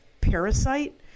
parasite